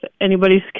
anybody's